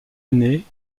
année